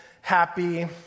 happy